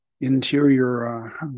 interior